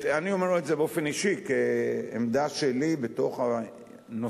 אני אומר את זה באופן אישי, כעמדה שלי בתוך הנושא.